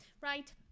Right